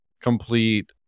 complete